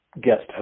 guest